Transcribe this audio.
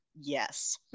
Yes